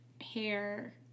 hair